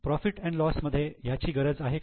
profit and loss profit loss मध्ये याची गरज आहे का